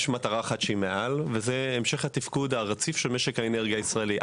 יש מטרה אחת שהיא מעל והיא המשך התפקוד הרציף של משק האנרגיה הישראלי.